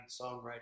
songwriting